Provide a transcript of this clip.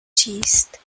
چیست